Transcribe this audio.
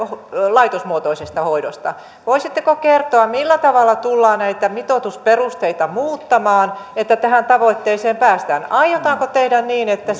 laitosmuotoisesta hoidosta voisitteko kertoa millä tavalla tullaan näitä mitoitusperusteita muuttamaan että tähän tavoitteeseen päästään aiotaanko tehdä niin että